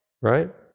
right